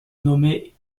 nommé